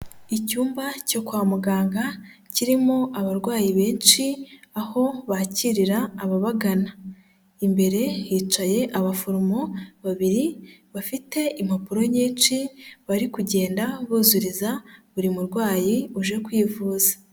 Icyumba cyo kwa muganga kirimo abarwayi benshi aho bakirira ababagana, imbere hicaye abaforomo babiri bafite impapuro nyinshi bari kugenda buzuriza buri murwayi uje kwivuza.